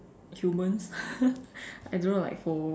human I don't know like for